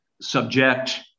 subject